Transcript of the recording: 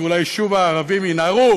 ואולי שוב הערבים ינהרו